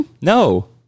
No